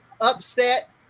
upset